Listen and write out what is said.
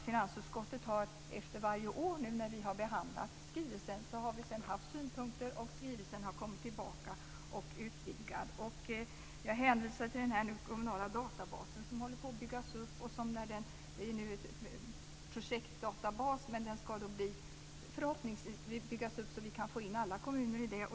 Finansutskottet har varje år när vi har behandlat skrivelsen haft synpunkter och skrivelsen har kommit tillbaka utvidgad. Jag hänvisade till den kommunala databas som håller på att byggas upp. Det är nu en projektdatabas, men den ska förhoppningsvis byggas upp så att vi kan få in alla kommuner i den.